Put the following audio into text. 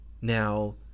Now